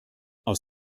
aus